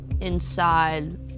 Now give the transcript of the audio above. inside